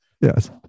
Yes